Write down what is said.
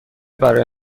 برای